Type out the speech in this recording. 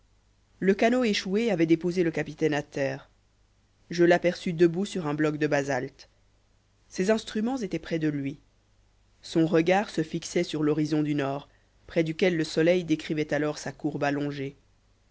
le canot échoué avait déposé le capitaine à terre je l'aperçus debout sur un bloc ce basalte ses instruments étaient près de lui son regard se fixait sur l'horizon du nord près duquel le soleil décrivait alors sa courbe allongée